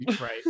right